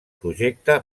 projecte